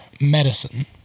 medicine